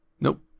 Nope